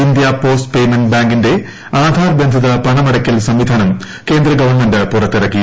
India post payment ബാങ്കിന്റെ ആധാർ ബന്ധിത പണമടയ്ക്കൽ സംവിധാനം കേന്ദ്ര ഗവൺമെന്റ് പുറത്തിറക്കി